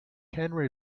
henry